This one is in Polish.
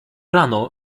rano